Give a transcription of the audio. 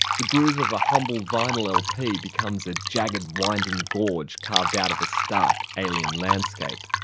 the groove of a humble vinyl lp becomes a jagged, winding gorge carved out of a stark, alien landscape.